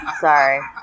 Sorry